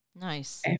Nice